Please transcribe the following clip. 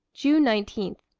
june nineteen.